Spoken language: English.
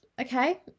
Okay